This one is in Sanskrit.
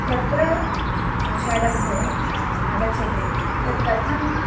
तत्र शाडो भोः आगच्छति तत् कथं